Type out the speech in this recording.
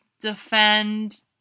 defend